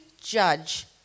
judge